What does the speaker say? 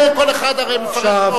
זה כל אחד הרי מפרש.